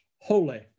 holy